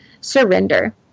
surrender